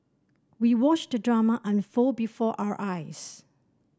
we watched the drama unfold before our eyes